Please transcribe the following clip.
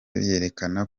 yerekana